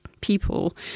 people